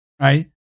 right